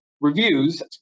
reviews